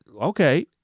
okay